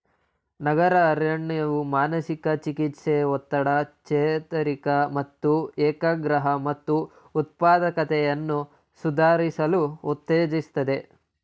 ನಗರ ಅರಣ್ಯವು ಮಾನಸಿಕ ಚಿಕಿತ್ಸೆ ಒತ್ತಡ ಚೇತರಿಕೆ ಮತ್ತು ಏಕಾಗ್ರತೆ ಮತ್ತು ಉತ್ಪಾದಕತೆಯನ್ನು ಸುಧಾರಿಸಲು ಉತ್ತೇಜಿಸ್ತದೆ